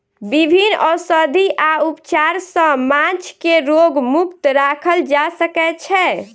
विभिन्न औषधि आ उपचार सॅ माँछ के रोग मुक्त राखल जा सकै छै